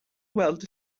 weld